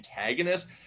antagonist